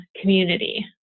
community